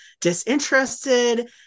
disinterested